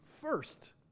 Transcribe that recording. first